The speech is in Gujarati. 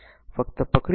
તેથી ફક્ત પકડી રાખો